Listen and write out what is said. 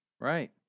Right